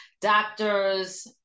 doctors